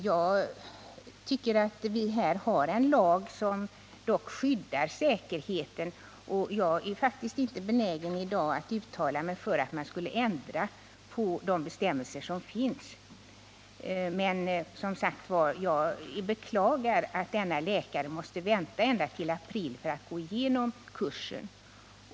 Jag tycker att vi dock har en lag som garanterar säkerheten, och jag är faktiskt inte benägen att i dag uttala mig för en ändring av de gällande bestämmelserna. Men, som sagt, jag beklagar att denne läkare måste vänta ända till i april för att gå igenom kursen.